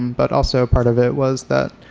but also part of it was that